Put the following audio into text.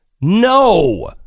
No